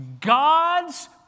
God's